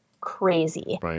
crazy